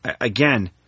Again